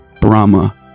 Brahma